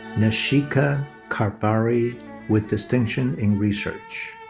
nishika karbhari with distinction in research.